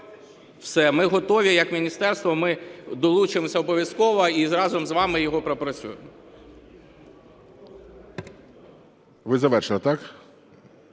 Все, ми готові як міністерство, ми долучимося обов'язково і разом з вами його пропрацюємо.